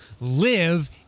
live